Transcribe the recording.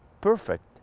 perfect